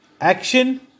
action